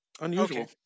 Unusual